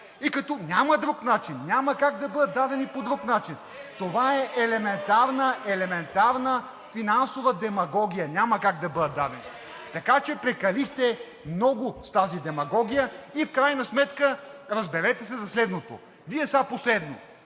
И като няма друг начин, няма как да бъдат дадени по друг начин, това е елементарна финансова демагогия. Няма как да бъдат дадени, така че прекалихте много с тази демагогия. В крайна сметка разберете се за следното: Вие сега последно,